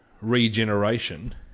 regeneration